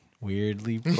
weirdly